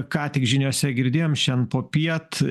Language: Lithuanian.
ką tik žiniose girdėjom šian popiet